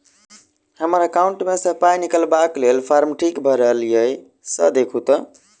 हम्मर एकाउंट मे सऽ पाई निकालबाक लेल फार्म ठीक भरल येई सँ देखू तऽ?